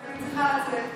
אני צריכה לצאת,